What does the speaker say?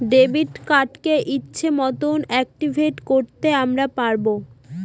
debit কার্ডকে ইচ্ছে মতন অ্যাকটিভেট করতে আমরা পারবো